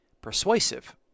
persuasive